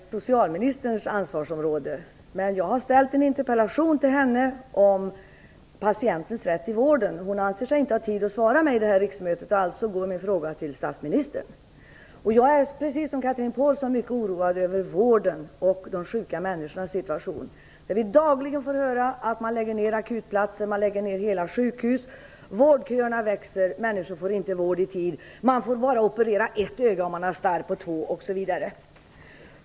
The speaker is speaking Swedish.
Fru talman! Jag vet mycket väl att det som jag kommer att ta upp ligger under socialministerns ansvarsområde. Jag har ställt en interpellation till henne om patientens rätt i vården. Hon anser sig inte ha tid att svara på den under det här riksmötet. Därför går min fråga till statsministern. Jag är, precis som Chatrine Pålsson, mycket oroad över vården och de sjuka människornas situation. Vi får dagligen höra att akutplatser och hela sjukhus läggs ner. Vårdköerna växer. Människor får inte vård i tid. Om man har starr får man bara operera ett öga även om båda ögonen är sjuka osv.